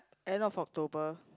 end of October